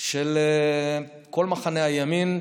של כל מחנה הימין,